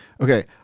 okay